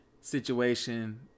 situation